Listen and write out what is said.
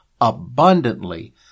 abundantly